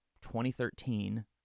2013